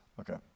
Okay